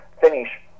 finish